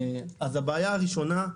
הבעיה הראשונה,